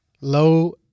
low